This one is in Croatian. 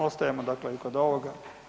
Ostajemo dakle i kod ovoga.